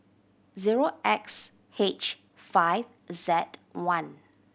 zero X H five Z one